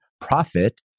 profit